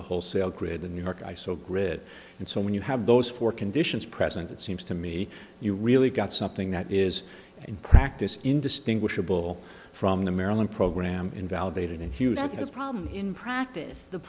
the wholesale grid the new york iso grid and so when you have those four conditions present it seems to me you really got something that is in practice indistinguishable from the maryland program invalidated a huge problem in practice the